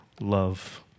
love